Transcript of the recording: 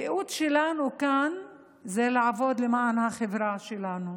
הייעוד שלנו כאן זה לעבוד למען החברה שלנו.